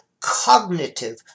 cognitive